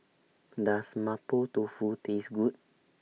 Does Mapo Tofu Taste Good